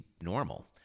normal